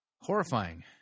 Horrifying